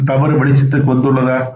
இந்த தவறு வெளிச்சத்திற்கு வந்துள்ளதா